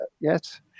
yes